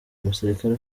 umusirikare